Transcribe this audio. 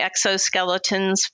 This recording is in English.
exoskeletons